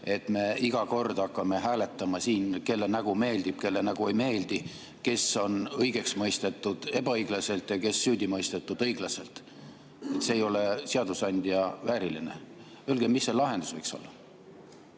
et me iga kord hakkame hääletama siin, kelle nägu meeldib, kelle nägu ei meeldi, kes on õigeks mõistetud ebaõiglaselt ja kes on süüdi mõistetud õiglaselt? See ei ole seadusandja vääriline. Öelge, mis see lahendus võiks olla.